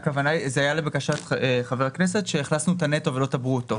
זה היה לבקשת חבר הכנסת שהכנסנו את הנטו ולא את הברוטו.